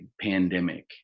pandemic